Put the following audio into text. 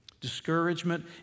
Discouragement